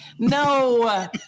No